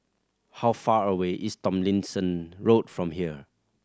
how far away is Tomlinson Road from here